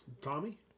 Tommy